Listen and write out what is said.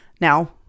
Now